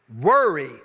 Worry